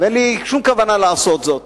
ואין לי שום כוונה לעשות זאת,